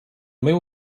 meu